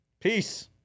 peace